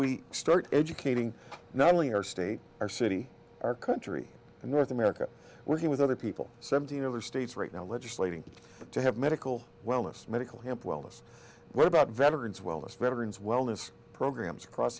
we start educating not only our state our city our country and north america working with other people seventeen other states right now legislating to have medical wellness medical help wellness what about veterans wellness veterans wellness programs across